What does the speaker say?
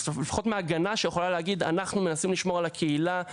לפחות מההגנה שיכולה להגיד: אנחנו מנסים לשמור על הקהילה הייחודית.